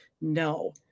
No